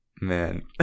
Man